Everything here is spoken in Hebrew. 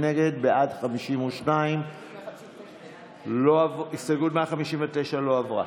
נגד, 60, בעד, 52. הסתייגות 147 לא עברה.